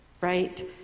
right